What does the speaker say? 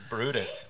Brutus